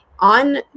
On